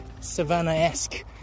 savannah-esque